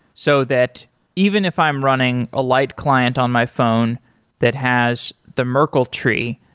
so that even if i'm running a light client on my phone that has the merkel tree,